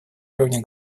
уровня